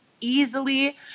easily